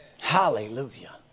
Hallelujah